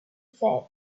said